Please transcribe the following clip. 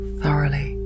thoroughly